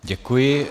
Děkuji.